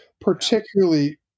particularly